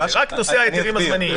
יש רק נושא ההיתרים הזמניים.